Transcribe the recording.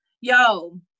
Yo